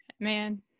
man